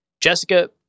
Jessica